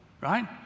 right